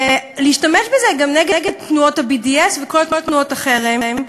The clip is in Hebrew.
ולהשתמש בזה גם נגד תנועות ה-BDS וכל תנועות החרם,